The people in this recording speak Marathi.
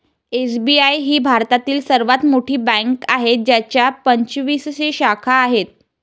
एस.बी.आय ही भारतातील सर्वात मोठी बँक आहे ज्याच्या पंचवीसशे शाखा आहेत